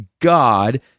God